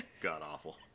god-awful